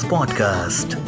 Podcast